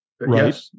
Right